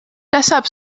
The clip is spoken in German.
deshalb